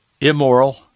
immoral